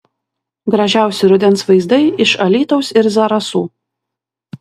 gražiausi rudens vaizdai iš alytaus ir zarasų